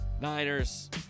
Niners